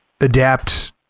Adapt